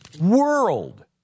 world